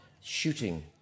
shooting